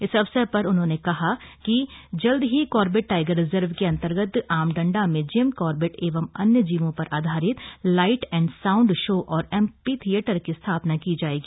इस अवसर पर उन्होंने घोषणा की कि जल्द ही कार्बेट टाइगर रिजर्व के अंतर्गत आमडंडा में जिम कार्बेट एवं वन्य जीवों पर आधारित लाइट एंड साउंड शो और एम्फीथिएटर की स्थापना की जाएगी